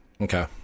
Okay